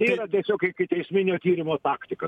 tai yra tiesiog ikiteisminio tyrimo taktika